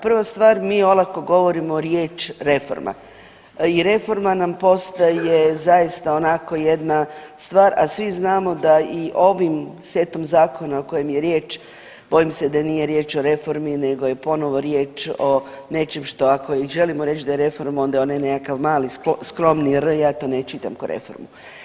Prva stvar, mi olako govorimo riječ reforma i reforma nam postaje zaista onako jedna stvar, a svi znamo da i ovim setom zakona o kojim je riječ, bojim se da nije riječ o reformi nego je ponovno riječ o nečem što, ako i želimo reći da je reforma, onda onaj nekakav mali, skromni r, ja to ne čitam k'o reformu.